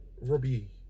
Robbie